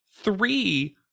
three